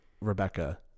Rebecca